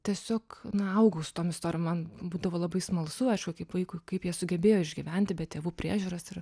tiesiog na augus tom istorijom man būdavo labai smalsu aišku kaip vaikui kaip jie sugebėjo išgyventi be tėvų priežiūros ir